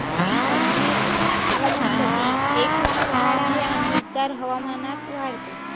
अंजीर वनस्पती एक लहान झाड आहे आणि उबदार हवामानात वाढते